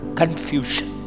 confusion